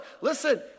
Listen